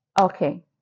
Okay